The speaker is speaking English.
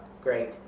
great